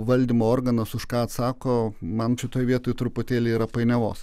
valdymo organas už ką atsako man šitoj vietoj truputėlį yra painiavos